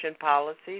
policies